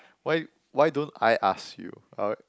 why why don't I ask you